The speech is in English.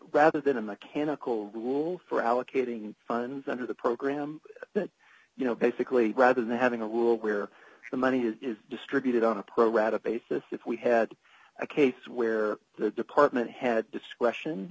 rather than a mechanical rule for allocating funds under the program you know basically rather than having a rule where the money is distributed on a pro rata basis if we had a case where the department had discretion